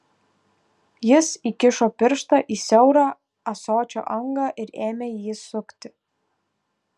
jis įkišo pirštą į siaurą ąsočio angą ir ėmė jį sukti